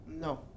No